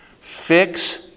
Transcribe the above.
fix